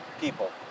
people